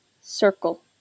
circle